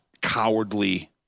cowardly